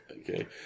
Okay